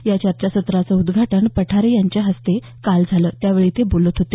या चर्चासत्राचं उदघाटन पठारे यांच्या हस्ते काल झालं त्यावेळी ते बोलत होते